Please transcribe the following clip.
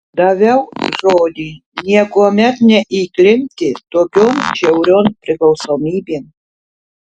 daviau žodį niekuomet neįklimpti tokion žiaurion priklausomybėn